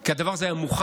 כי הדבר הזה היה מוכן,